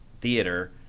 theater